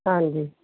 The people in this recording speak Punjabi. ਹਾਂਜੀ